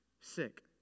sick